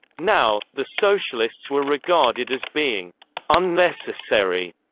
now, the socialists were regarded as being unnecessary,